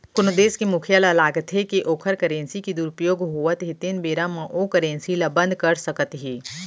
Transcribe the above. कोनो देस के मुखिया ल लागथे के ओखर करेंसी के दुरूपयोग होवत हे तेन बेरा म ओ करेंसी ल बंद कर सकत हे